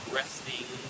resting